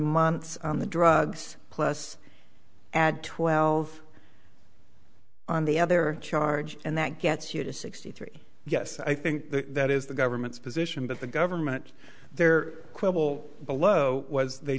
months on the drugs plus add twelve on the other charge and that gets you to sixty three yes i think that is the government's position but the government there quibble below was they